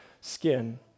skin